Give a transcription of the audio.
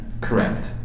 correct